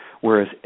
whereas